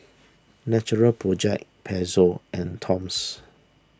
Natural Project Pezzo and Toms